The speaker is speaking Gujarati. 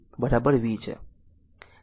તેથી p vi